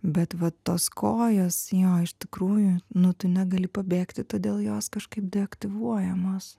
bet vat tos kojos jo iš tikrųjų nu tu negali pabėgti todėl jos kažkaip deaktyvuojamos